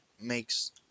makes